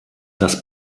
das